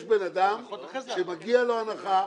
יש בן אדם שמגיעה לו הנחה,